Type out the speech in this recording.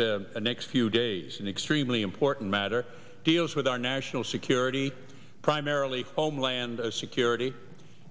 to the next few days an extremely important matter deals with our national security primarily homeland security